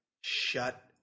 Shut